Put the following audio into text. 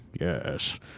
yes